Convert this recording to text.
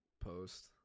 post